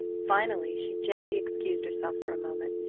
finally she gently excused herself for a moment,